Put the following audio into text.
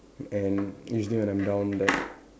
and usually when I'm down like